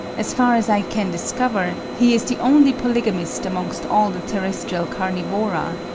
as far as i can discover, he is the only polygamist amongst all the terrestrial carnivora,